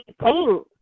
paint